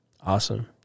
Awesome